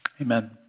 Amen